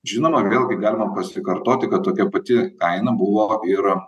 žinoma vėlgi galima pasikartoti kad tokia pati kaina buvo ir